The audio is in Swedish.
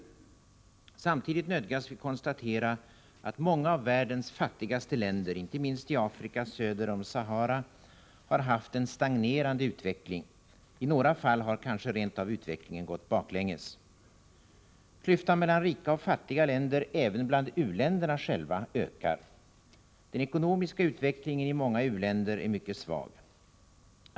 Men samtidigt nödgas vi konstatera att många av världens fattigaste länder, inte minst i Afrika söder om Sahara, haft en stagnerande utveckling. I några fall har kanske rent av utvecklingen gått baklänges. Klyftan mellan rika och fattiga länder, även bland u-länderna själva, ökar. Den ekonomiska utvecklingen i många u-länder är mycket svag.